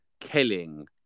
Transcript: killing